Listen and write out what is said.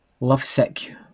lovesick